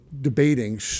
debating